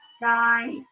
Die